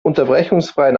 unterbrechungsfreien